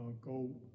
go